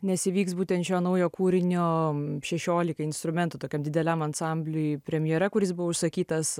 nes įvyks būtent šio naujo kūrinio šešiolika instrumentų tokiam dideliam ansambliui premjera kuris buvo užsakytas